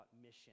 mission